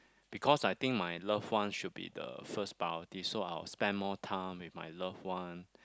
because I think my love one should be the first priority so I will spend more time with my love one